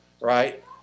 right